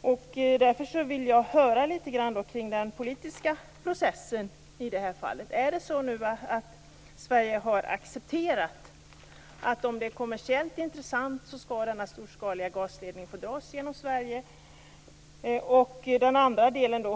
om dem. Därför vill jag höra lite om den politiska processen i det här fallet. Har Sverige nu accepterat att denna storskaliga gasledning skall få dras genom Sverige om det är kommersiellt intressant?